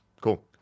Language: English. Cool